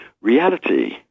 reality